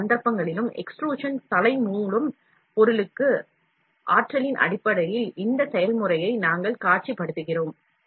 இரண்டு சந்தர்ப்பங்களிலும் extrusion head மூலம் பொருளுக்கு ஆற்றலின் அடிப்படையில் இந்த செயல்முறையை நாங்கள் காட்சிப்படுத்துகிறோம்